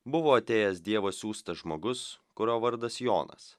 buvo atėjęs dievo siųstas žmogus kurio vardas jonas